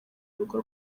urugo